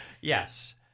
Yes